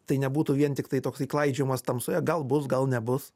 tai nebūtų vien tiktai toksai klaidžiojimas tamsoje gal bus gal nebus